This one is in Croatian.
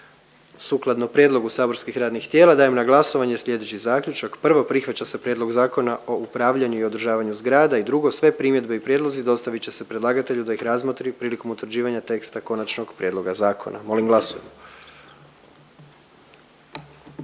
Sukladno prijedlogu saborskih radnih tijela dajem na glasovanje sljedeći zaključak. 1. Prihvaća se Prijedlog zakona o izmjenama i dopunama Zakona o državnoj izmjeri i katastru nekretnina. 1. Sve primjedbe i prijedlozi dostavit će se predlagatelju da ih razmotri prilikom utvrđivanja teksta konačnog prijedloga zakona. Molim glasujmo.